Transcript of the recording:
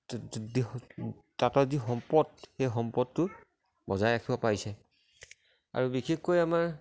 তাঁতৰ যি সম্পদ সেই সম্পদটো বজাই ৰাখিব পাৰিছে আৰু বিশেষকৈ আমাৰ